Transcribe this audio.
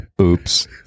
oops